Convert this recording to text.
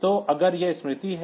तो अगर यह स्मृति है